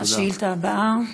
השאילתה הבאה: